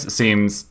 seems